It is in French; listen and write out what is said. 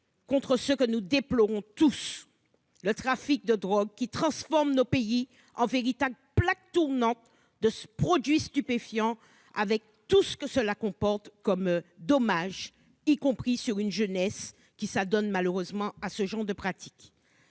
ce trafic que nous déplorons tous et qui transforme nos pays en une plaque tournante de produits stupéfiants avec tout ce que cela comporte comme dommages, y compris pour notre jeunesse qui s'adonne malheureusement à ce genre de pratiques.